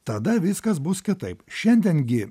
tada viskas bus kitaip šiandien gi